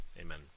Amen